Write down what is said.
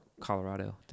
Colorado